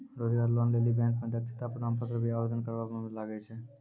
रोजगार लोन लेली बैंक मे दक्षता के प्रमाण पत्र भी आवेदन करबाबै मे लागै छै?